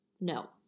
no